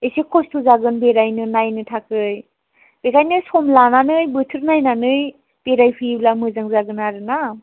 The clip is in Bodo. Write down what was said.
एसे खस्थ' जागोन बेरायनो नायनो थाखाय बेनिखायनो सम लानानै बोथोर नायनानै बेरायफैयोब्ला मोजां जागोन आरोना